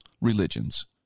religions